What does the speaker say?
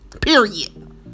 period